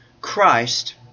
Christ